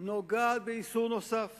נוגע באיסור נוסף